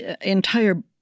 entire